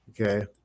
Okay